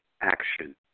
action